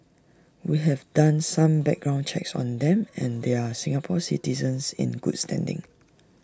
we have done some background checks on them and they are Singapore citizens in good standing